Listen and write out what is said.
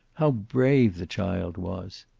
how brave the child was!